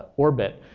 orbit,